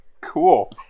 cool